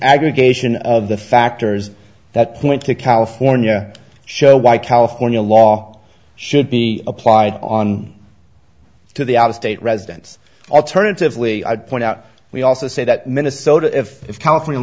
aggregation of the factors that point to california show why california law should be applied on to the out of state residents alternatively point out we also say that minnesota if california